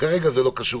כרגע זה לא קשור אלינו.